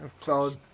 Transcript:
Solid